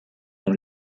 dans